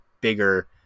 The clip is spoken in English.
bigger